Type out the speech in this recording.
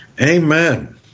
Amen